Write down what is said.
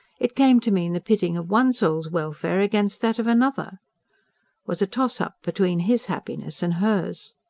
it came to mean the pitting of one soul's welfare against that of another was a toss-up between his happiness and hers.